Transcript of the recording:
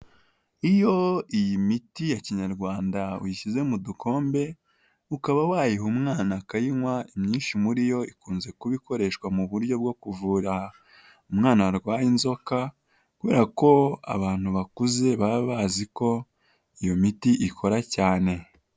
Iyo iyi miti ya kinyarwanda uyishyize mu dukombe, ukaba wayiha umwana akayinywa, imyinshi muri yo ikunze kuba ikoreshwa mu buryo bwo kuvura umwana warwaye inzoka, kubera ko abantu bakuze baba bazi ko iyo miti ikora cyane.